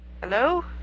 Hello